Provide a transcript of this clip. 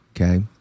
Okay